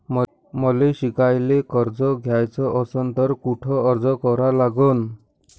मले शिकायले कर्ज घ्याच असन तर कुठ अर्ज करा लागन?